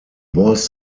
was